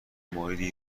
موردی